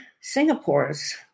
Singapore's